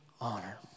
honor